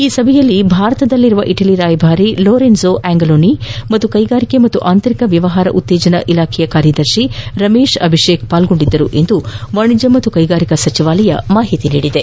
ಈ ಸಭೆಯಲ್ಲಿ ಭಾರತದಲ್ಲಿರುವ ಇಟಲಿ ರಾಯಭಾರಿ ಲೊರೆನ್ಲೋ ಆ್ವಂಗಲೋನಿ ಮತ್ತು ಕೈಗಾರಿಕೆ ಹಾಗೂ ಆಂತರಿಕ ವ್ಯಾಪಾರ ಉತ್ತೇಜನ ಇಲಾಖೆ ಕಾರ್ಯದರ್ಶಿ ರಮೇಶ್ ಅಭಿಷೇಕ್ ಪಾಲ್ಗೊಂಡಿದ್ದರು ಎಂದು ವಾಣಿಜ್ಯ ಹಾಗೂ ಕೈಗಾರಿಕಾ ಸಚಿವಾಲಯ ತಿಳಿಸಿದೆ